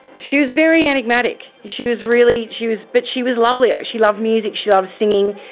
she was very enigmatic. she was really, she was, but she was lovely. ah she loved music, she loved singing.